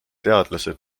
teadlased